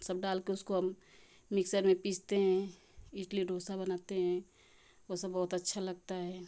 सब डालके उसको हम मीक्सर में पीसते हैं इडली डोसा बनाते हैं वो सब बहुत अच्छा लगता है